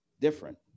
different